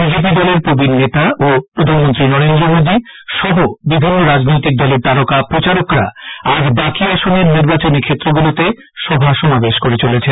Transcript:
BJP দলের প্রবীন নেতা ও প্রধানমন্ত্রী নরেন্দ্র মোদী সহ বিভিন্ন রাজনৈতিক দলের তারকা প্রচারকরা আজ বাকি আসনের নির্বাচনী ক্ষেত্রগুলোতে সভা সমাবেশ করে চলেছেন